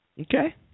Okay